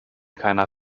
keiner